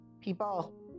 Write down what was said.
People